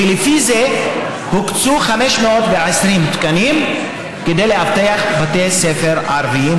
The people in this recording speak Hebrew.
ולפי זה הוקצו 520 תקנים כדי לאבטח גם בתי ספר ערביים.